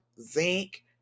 zinc